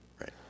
right